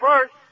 first